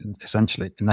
essentially